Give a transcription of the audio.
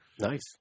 Nice